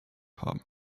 haben